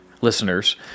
listeners